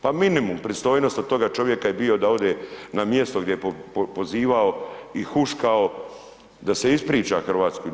Pa minimum pristojnosti od toga čovjeka je bio da ode na mjesto gdje je pozivao i huškao, da se ispriča Hrvatskoj.